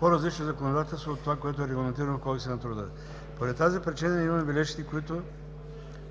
по-различно законодателство от това, което е регламентирано в Кодекса на труда. Поради тази причина имаме бележките, които